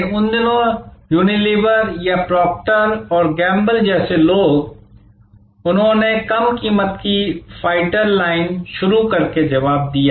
लेकिन उन दिनों यूनिलीवर या प्रॉक्टर और गैंबल जैसे लोग उन्होंने कम कीमत की फाइटर लाइन शुरू करके जवाब दिया